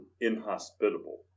inhospitable